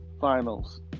finals